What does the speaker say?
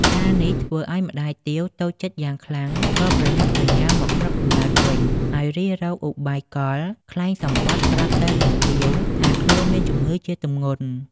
ការណ៍នេះធ្វើឲ្យម្តាយទាវតូចចិត្តយ៉ាងខ្លាំង ក៏ប្រញាប់ប្រញាល់មកស្រុកកំណើតវិញ ហើយរិះរកឧបាយកលក្លែងសំបុត្រប្រាប់ទៅនាងទាវថាខ្លួនមានជម្ងឺជាទម្ងន់។